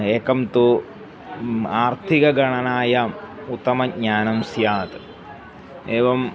एकं तु आर्थिक गणनायाम् उत्तमं ज्ञानं स्यात् एवम्